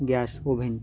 gas oven